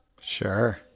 Sure